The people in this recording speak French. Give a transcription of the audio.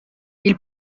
ils